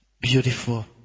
Beautiful